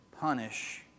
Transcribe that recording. punish